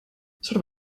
sort